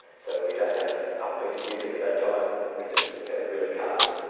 so we don't have upbeat music at that time, we just go really calm,